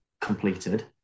completed